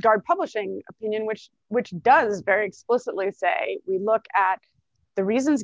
guard publishing opinion which which does very explicitly say we look at the reasons